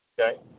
Okay